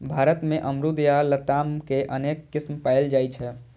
भारत मे अमरूद या लताम के अनेक किस्म पाएल जाइ छै